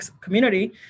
community